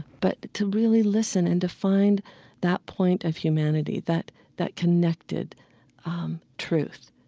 but to really listen and to find that point of humanity, that that connected truth.